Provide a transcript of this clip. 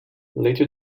later